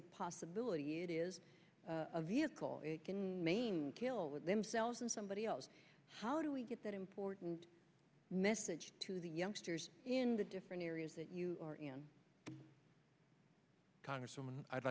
a possibility it is a vehicle kill themselves and somebody else how do we get that important message to the youngsters in the different areas that you are in congresswoman i'd